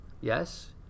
yes